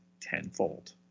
tenfold